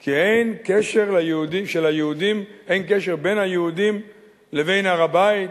כי אין קשר בין היהודים לבין הר-הבית,